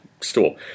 store